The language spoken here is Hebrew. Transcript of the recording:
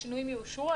שהשינויים יאושרו,